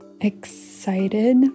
excited